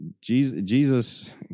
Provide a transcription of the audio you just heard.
Jesus